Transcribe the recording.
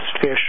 fish